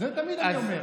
תמיד אני אומר.